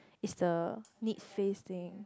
is the need face thing